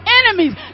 enemies